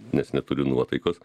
nes neturiu nuotaikos